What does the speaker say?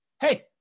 hey